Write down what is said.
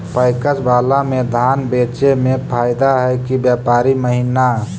PACS बाला में धान बेचे मे फायदा है कि व्यापारी महिना?